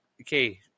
Okay